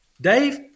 Dave